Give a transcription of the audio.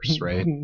right